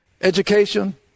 Education